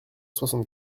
soixante